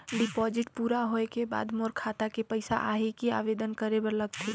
Deposit पूरा होय के बाद मोर खाता मे पइसा आही कि आवेदन करे बर लगथे?